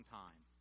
time